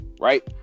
right